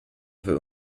für